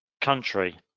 country